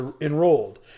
enrolled